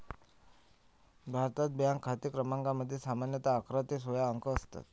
भारतात, बँक खाते क्रमांकामध्ये सामान्यतः अकरा ते सोळा अंक असतात